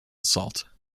assault